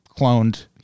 cloned